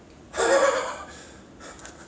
just try 而已 serious bro